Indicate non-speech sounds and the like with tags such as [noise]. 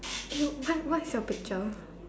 [noise] what what's your picture